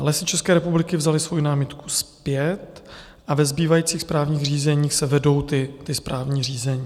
Lesy České republiky vzaly svoji námitku zpět a ve zbývajících správních řízeních se vedou správní řízení.